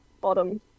bottom